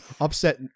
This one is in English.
upset